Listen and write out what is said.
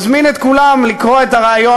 אני מזמין את כולם לקרוא את הריאיון